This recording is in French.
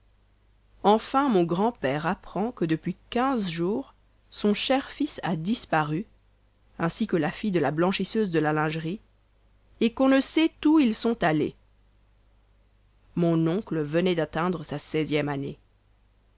enfin mon grand-père apprend que depuis quinze jours son cher fils a disparu ainsi que la fille de la blanchisseuse de la lingerie et qu'on ne sait où ils sont allés mon oncle venait d'atteindre sa seizième année